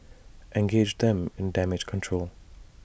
engage them in damage control